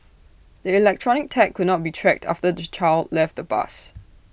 the electronic tag could not be tracked after the child left the bus